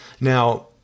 Now